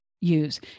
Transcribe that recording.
use